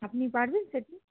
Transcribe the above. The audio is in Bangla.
আপনি পারবেন সেটা